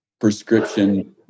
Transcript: prescription